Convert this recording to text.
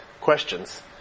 questions